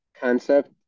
concept